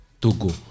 togo